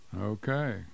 Okay